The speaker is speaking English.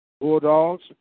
Bulldogs